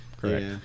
correct